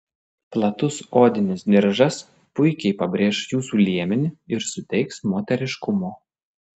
platus odinis diržas puikiai pabrėš jūsų liemenį ir suteiks moteriškumo